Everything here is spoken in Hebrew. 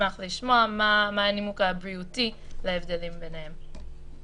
נשמח לשמוע מה הנימוק הבריאותי להבדלים ביניהם.